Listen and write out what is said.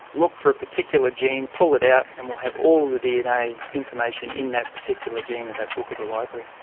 look for a particular gene, pull it out and we will have all the dna information in that particular gene in that book of the library.